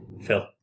Phil